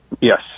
Yes